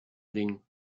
ringen